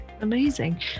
Amazing